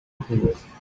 bahunga